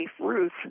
Ruth